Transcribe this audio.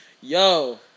Yo